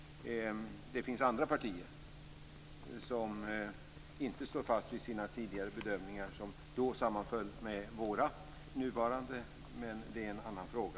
Det finns andra partier som inte står fast vid sina tidigare bedömningar som då sammanföll våra nuvarande. Men det är en annan fråga.